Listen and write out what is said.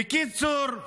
בקיצור,